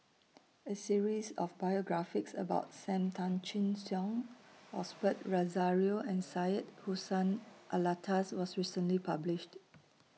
A series of biographies about SAM Tan Chin Siong Osbert Rozario and Syed Hussein Alatas was recently published